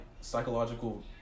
psychological